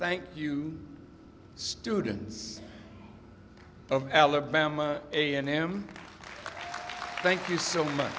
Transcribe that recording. thank you students of alabama a and m thank you so much